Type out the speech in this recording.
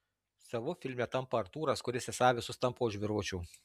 savu filme tampa artūras kuris esą visus tampo už virvučių